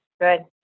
Good